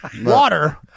water